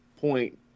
point